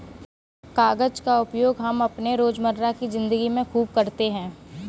कागज का उपयोग हम अपने रोजमर्रा की जिंदगी में खूब करते हैं